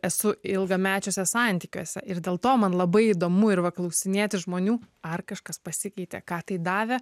esu ilgamečiuose santykiuose ir dėl to man labai įdomu ir va klausinėti žmonių ar kažkas pasikeitė ką tai davė